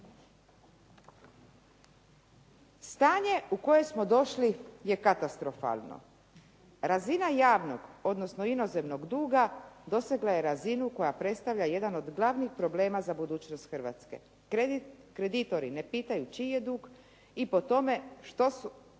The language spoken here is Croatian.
Stanje u koje smo došli je katastrofalno. Razina javnog, odnosno inozemnog duga dosegla je razinu koja predstavlja jedan od glavnih problema za budućnost Hrvatske. Kreditori ne pitaju čiji je dug i po tome što smo